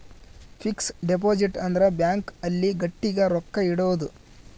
fix deposit ಅಂದ್ರ bank ಅಲ್ಲಿ ಗಟ್ಟಿಗ ರೊಕ್ಕ ಇಡೋದು